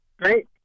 great